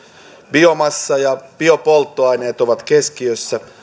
biomassa ja biopolttoaineet ovat keskiössä